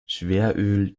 schweröl